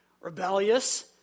rebellious